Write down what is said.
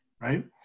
right